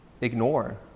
ignore